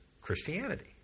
Christianity